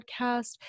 podcast